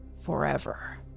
forever